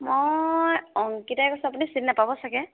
মই অংকিতাই কৈছোঁ আপুনি চিনি নাপাব চাগে